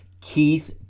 keith